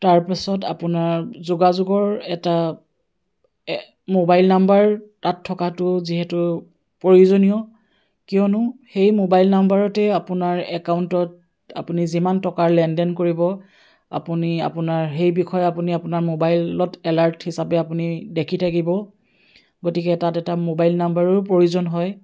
তাৰপাছত আপোনাৰ যোগাযোগৰ এটা এ মোবাইল নাম্বাৰ তাত থকাটো যিহেতু প্ৰয়োজনীয় কিয়নো সেই মোবাইল নাম্বাৰতে আপোনাৰ একাউণ্টত আপুনি যিমান টকাৰ লেনদেন কৰিব আপুনি আপোনাৰ সেই বিষয়ে আপুনি আপোনাৰ মোবাইলত এলাৰ্ট হিচাপে আপুনি দেখি থাকিব গতিকে তাত এটা মোবাইল নাম্বাৰৰো প্ৰয়োজন হয়